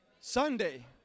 Sunday